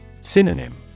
Synonym